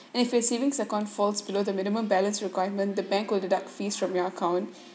and if your savings account falls below the minimum balance requirement the bank will deduct fees from your account